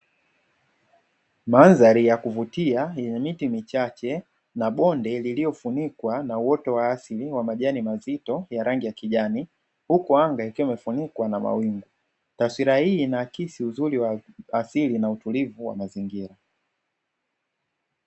Mandhari ya kuvutia, yenye miti michache na bonde liliofunikwa na uoto wa asili wa majani mazito ya rangi ya kijani, huku anga ikiwa imefunikwa na mawingu. Taswira hii inaakisi uzuri wa asili na utulivu wa mazingira.